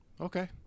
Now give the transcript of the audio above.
Okay